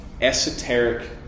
esoteric